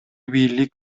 бийлик